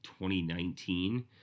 2019